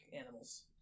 animals